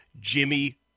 Jimmy